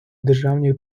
державній